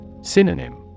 Synonym